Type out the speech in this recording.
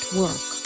work